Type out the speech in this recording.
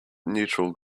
neutral